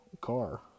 car